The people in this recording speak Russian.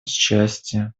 счастья